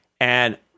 And-